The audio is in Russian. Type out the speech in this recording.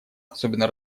особенно